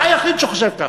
אתה היחיד שחושב ככה.